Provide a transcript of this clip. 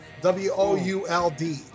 w-o-u-l-d